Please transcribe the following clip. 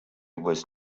was